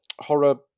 Horror